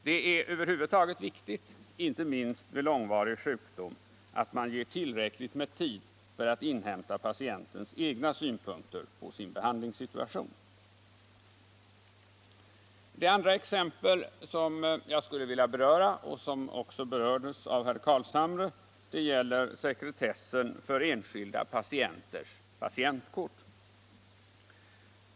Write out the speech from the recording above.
Det är över huvud taget viktigt, inte minst vid långvarig sjukdom, att avsätta tillräckligt med tid för att inhämta patientens egna synpunkter på sin behandlingssituation. Den andra punkten jag skulle vilja beröra och som också berördes av herr Carlshamre gäller sekretessen beträffande enskilda patienters patientkort.